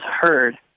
heard